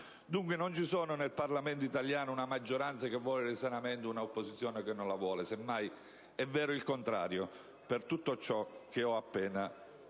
Dunque, nel Parlamento italiano non c'è una maggioranza che vuole il risanamento e un'opposizione che non la vuole, semmai è vero il contrario per tutto ciò che ho appena detto.